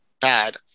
bad